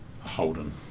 Holden